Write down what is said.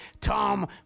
Tom